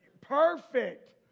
Perfect